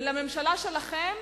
ולממשלה שלכם